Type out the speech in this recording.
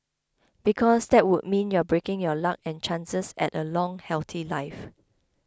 because that would mean you're breaking your luck and chances at a long healthy life